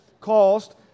cost